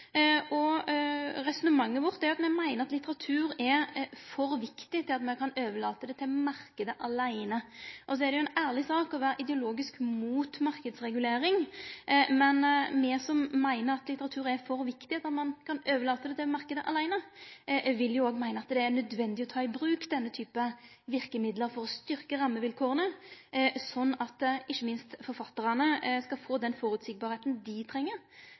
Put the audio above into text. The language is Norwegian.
og resonnementet vårt er at me meiner at litteratur er for viktig til at me kan overlate det til marknaden aleine. Det er ein ærleg sak å vere ideologisk mot marknadsregulering, men me som meiner at litteratur er for viktig til at ein kan overlate det til marknaden aleine, vil jo òg meine at det er nødvendig å ta i bruk denne typen verkemiddel for å styrke rammevilkåra, sånn at det ikkje minst skal verte så føreseieleg som forfattarane treng, og for at ein kan trygge vilkåra for å oppnå dei